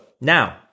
now